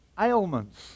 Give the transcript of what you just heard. ailments